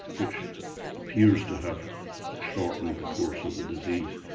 which appears to have shortened the course of the disease,